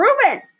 proven